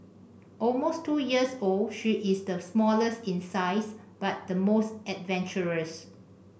almost two years old she is the smallest in size but the most adventurous